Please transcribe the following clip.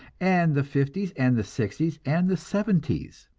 and the fifties, and the sixties, and the seventies.